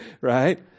right